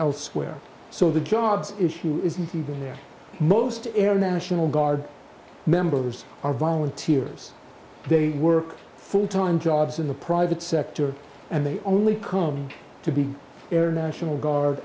elsewhere so the jobs issue isn't even there most air national guard members are volunteers they work full time jobs in the private sector and they only come to be air national guard